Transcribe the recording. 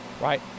right